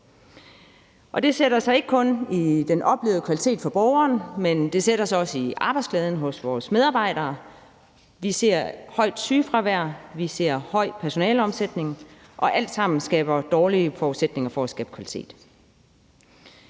Det sætter sig ikke kun i den oplevede kvalitet for borgeren, men det sætter sig også i arbejdsglæden hos vores medarbejdere. Vi ser højt sygefravær, vi ser høj personaleomsætning, og det skaber alt sammen dårlige forudsætninger for at skabe kvalitet.